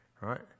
right